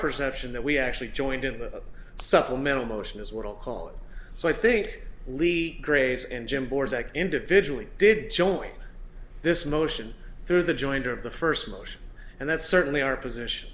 perception that we actually joined in the supplemental motion is what i'll call it so i think lee grace and jim board individually did join this motion through the jointer of the first motion and that's certainly our position